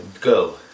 Go